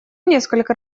несколько